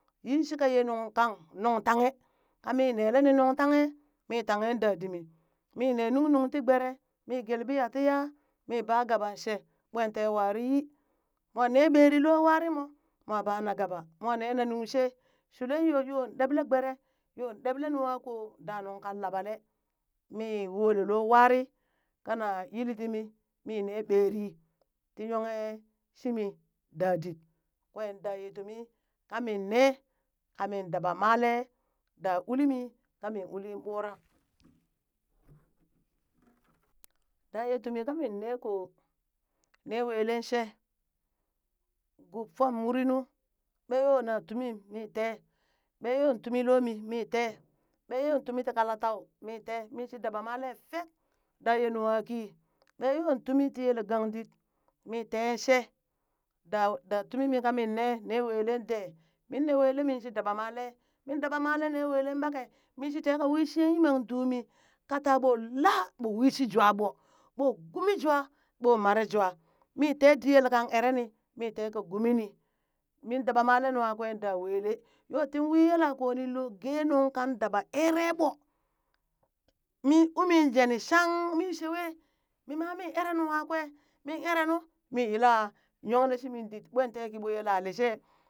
Yin shika yee nungkang nuŋtanghe ka mi nele ni nung tanghe mi tangheen daditmi mii nee nung nuŋ ti gbere mi gelee ɓiya tii yaa, mi baa gaban shee ɓwen tee wari yii mwa nee ɓerii loh wari moo, moo bana gaba moo neena nungshee shuleng yo yon ɗeble gbere, yoo ɗeɓle nungha koo daa nunkan laɓalee, mii wolee loo wari kana yili dimi, mi nee ɓerii tii yonghe shimii daa dit kwee daye tumii kamin nee kamin daba malee daa ulimi kami ulin ɓurak, tayee tumi kamin nee koo nee weleen she, guub fom murinu, ɓee yoo na tumim mii tee ɓee yoo tumii lomi mi tee ɓeyon tum tii kalatau, min tee she daba male fek, ɓee yoo tumi tii yelee gang dit mii tee she da da ye tumi kamin ne newelen de, min ne wele minshi daba malee min daba malee nee weleng ɓakee min shi teka wii shi yiman duu mi ka taa ɓoo laa ɓoo wii shii jwa ɓoo, ɓoo gumi jwaa, ɓo mare jwa mii tee dit yelkan eree ni mi teka gumi ni, min daba male nwa kwe da welee yoo tin wii yelako yoo nin loo gee nunkan daba eree ɓoo min umi jeni shank mii shewe miima mi eree nungha kwe min ere nu mi yila yongle shi min dit ɓontee kiɓoo yela lishee